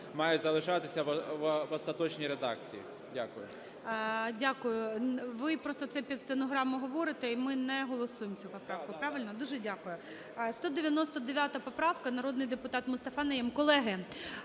має залишатися в остаточній редакції. Дякую. ГОЛОВУЮЧИЙ. Дякую. Ви просто це під стенограму говорите, і ми не голосуємо цю поправку. Правильно? Дуже дякую. 199 поправка, народний депутат Мустафа Найєм. Колеги,